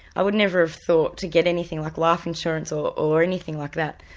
i would never have thought to get anything like life insurance, or or anything like that.